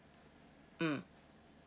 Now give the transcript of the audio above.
mm